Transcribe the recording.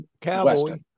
Cowboy